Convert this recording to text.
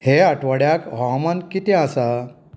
हे आठवड्याक हवामान कितें आसा